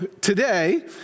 today